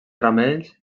ramells